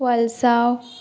वल्सांव